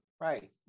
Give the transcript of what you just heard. right